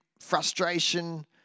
frustration